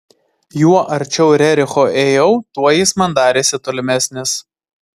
juo arčiau rericho ėjau tuo jis man darėsi tolimesnis